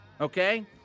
okay